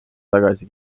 tagasi